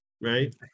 right